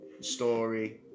Story